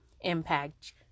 impact